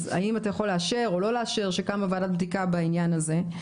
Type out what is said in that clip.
האם אתה יכול לאשר או לא לאשר שקמה ועדה בדיקה בעניין הזה?